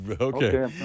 Okay